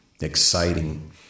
exciting